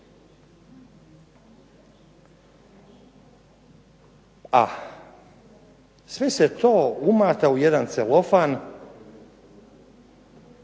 A sve se to umata u jedan celofan,